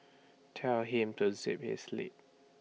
tell him to zip his lip